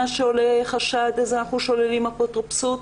שעולה חשד אנחנו שוללים אפוטרופסות?